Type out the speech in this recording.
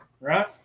right